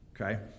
Okay